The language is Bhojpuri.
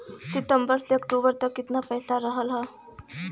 सितंबर से अक्टूबर तक कितना पैसा रहल ह?